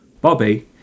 Bobby